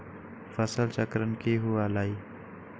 फसल चक्रण की हुआ लाई?